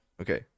Okay